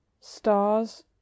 stars